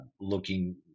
looking